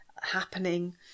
happening